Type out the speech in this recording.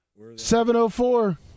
704